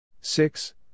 Six